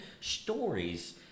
stories